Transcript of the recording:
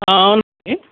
అవునండి